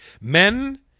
men